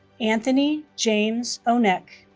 anthony james ohneck